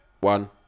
One